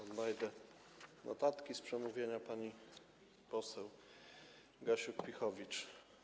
Odnajdę notatki z przemówienia pani poseł Gasiuk-Pihowicz.